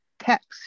text